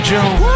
June